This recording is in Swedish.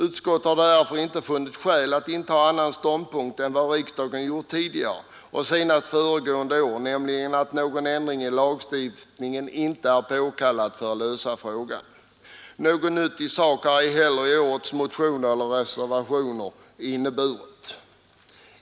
Utskottet har därför inte funnit skäl att inta annan ståndpunkt än vad riksdagen gjort tidigare, senast föregående år, nämligen att någon ändring i lagstiftningen inte är påkallad för att lösa frågan. Något nytt i sak har ej heller årets motioner eller reservationer inneburit.